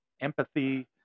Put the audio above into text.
empathy